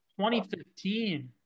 2015